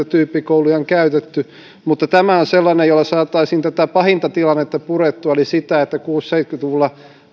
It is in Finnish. tyyppikouluja on käytetty mutta tämä on sellainen jolla saataisiin tätä pahinta tilannetta purettua eli sitä että kuusikymmentä viiva seitsemänkymmentä luvuilla